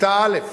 בכיתות א'